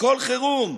הכול חירום.